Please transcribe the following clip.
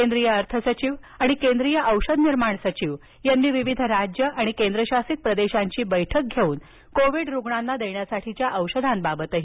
केंद्रीय अर्थ सचिव आणि केंद्रीय औषधनिर्माण सचिव यांनी विविध राज्यं आणि केंद्रशासित प्रदेशांची बैठकही घेऊन कोविड रुग्णांना देण्यासाठीच्या औषधांबाबत चर्चा केली